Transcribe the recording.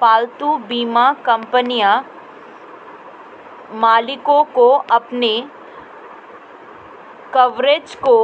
पालतू बीमा कंपनियां मालिकों को अपने कवरेज को